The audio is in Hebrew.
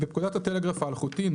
בפקודת הטלגרף האלחוטי ,